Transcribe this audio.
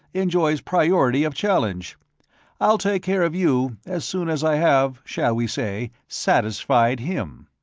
enjoys priority of challenge i'll take care of you as soon as i have, shall we say, satisfied, him.